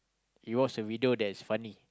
you watch a video that is funny